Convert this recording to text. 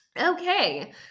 Okay